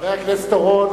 הכנסת אורון,